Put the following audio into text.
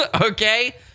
Okay